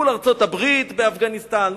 מול ארצות-הברית באפגניסטן,